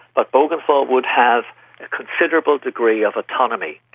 but bougainville would have a considerable degree of autonomy,